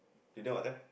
dinner what time